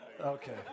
Okay